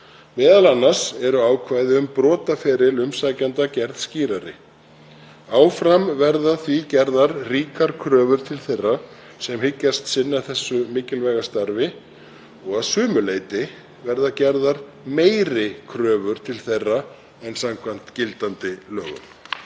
m.a. eru ákvæði um brotaferil umsækjanda gerð skýrari. Áfram verða því gerðar ríkar kröfur til þeirra sem hyggjast sinna þessu mikilvæga starfi og að sumu leyti verða gerðar meiri kröfur til þeirra en samkvæmt gildandi lögum.